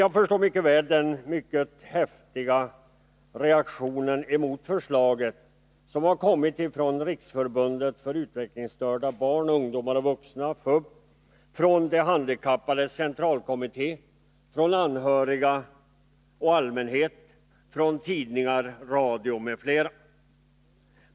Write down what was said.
Jag förstår den mycket häftiga reaktion mot förslaget som kom från Riksförbundet för utvecklingsstörda barn, ungdomar och vuxna, FUB, från De handikappades centralkommitté, från anhöriga och allmänhet, från tidningar, radio m.fl.